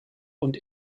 und